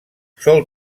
sol